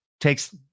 Takes